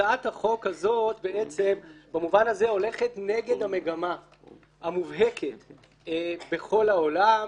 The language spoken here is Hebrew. הצעת החוק הזאת הולכת נגד המגמה המובהקת בכל העולם,